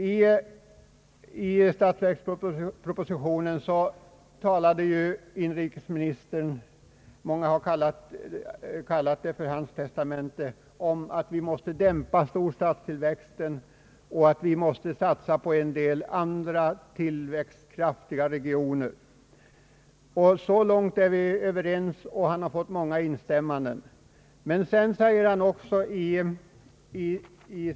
I statsverkspropositionen talade den förre inrikesministern om att vi måste dämpa storstadstillväxten och att vi måste satsa på en del andra tillväxtkraftiga regioner. Många har kallat detta för hans testamente. Han har fått många instämmanden, och så långt är vi överens.